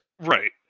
Right